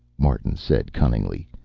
martin said cunningly.